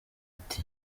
ati